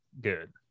good